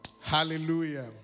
Hallelujah